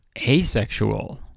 asexual